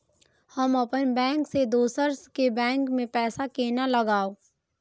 हम अपन बैंक से दोसर के बैंक में पैसा केना लगाव?